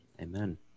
Amen